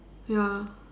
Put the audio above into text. ya